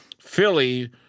Philly